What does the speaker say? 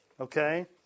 Okay